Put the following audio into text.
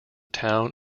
town